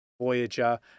voyager